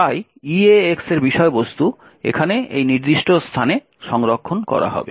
তাই eax এর বিষয়বস্তু এখানে এই নির্দিষ্ট স্থানে সংরক্ষণ করা হবে